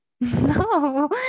No